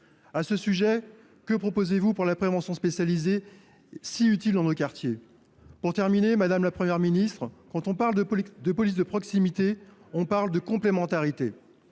À ce sujet, que proposez vous pour la prévention spécialisée, si utile pour nos quartiers ? Enfin, madame la Première ministre, parler de police de proximité, c’est parler de complémentarité.